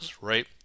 right